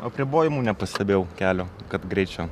apribojimų nepastebėjau kelio kad greičio